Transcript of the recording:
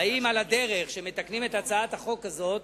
האם על הדרך, כשמתקנים את הצעת החוק הזאת,